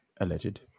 alleged